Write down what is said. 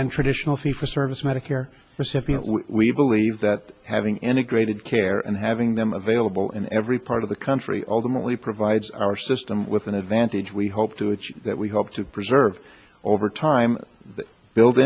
than traditional fee for service medicare recipients we believe that having integrated care and having them available in every part of the country ultimately provides our system with an advantage we hope to achieve that we hope to preserve over time built